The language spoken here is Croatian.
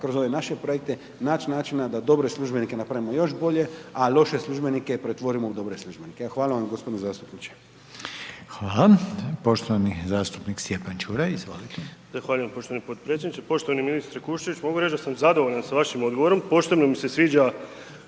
kroz ove naše projekte naći načina da dobre službenike napravimo još bolje, a loše službenike pretvorimo u dobre službenike. Evo hvala vam gospodine zastupniče. **Reiner, Željko (HDZ)** Hvala. Poštovani zastupnik Stjepan Ćuraj, izvolite. **Čuraj, Stjepan (HNS)** Zahvaljujem gospodine potpredsjedniče, poštovani ministre Kuščević mogu reći da sam zadovoljan sa vašim odgovorom, posebno mi se sviđa